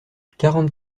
quarante